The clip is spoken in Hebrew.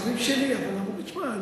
שרים שאמרו לי: תשמע,